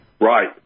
Right